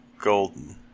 golden